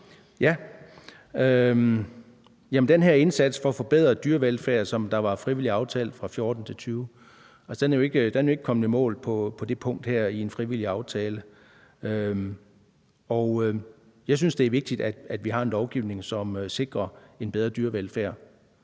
Den her indsats for en forbedret dyrevelfærd, som var frivilligt aftalt, fra 2014 til 2020 er jo ikke kommet i mål på det her punkt i en frivillig aftale, og jeg synes, det er vigtigt, at vi har en lovgivning, som sikrer en bedre dyrevelfærd.